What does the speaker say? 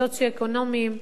סוציו-אקונומיים,